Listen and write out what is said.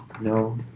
No